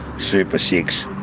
super six,